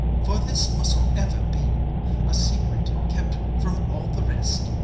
for this must ever be a secret, kept from all the rest,